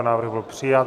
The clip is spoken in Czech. Návrh byl přijat.